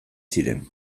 ziren